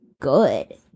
good